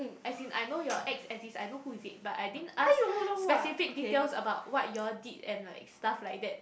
as in I know your ex exist I know who is it but I didn't ask specific details about what you all did and like stuff like that